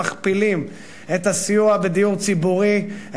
מכפילים את הסיוע בדיור ציבורי,